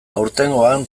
aurtengoan